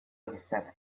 understand